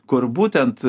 kur būtent